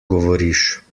govoriš